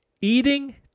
eating